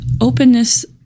openness